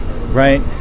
right